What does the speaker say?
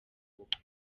bukwe